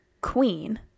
queen